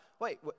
wait